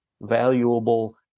valuable